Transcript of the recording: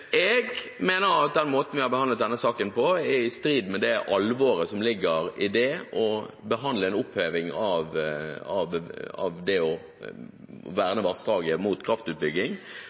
Jeg mener at den måten vi har behandlet denne saken på, er i strid med det alvoret som ligger i det å behandle en oppheving av å verne vassdraget mot kraftutbygging,